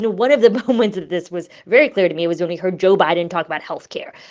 know, one of the moments that this was very clear to me was when we heard joe biden talk about health care.